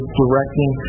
directing